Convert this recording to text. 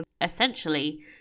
essentially